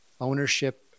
ownership